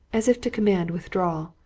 as if to command withdrawal.